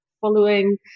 following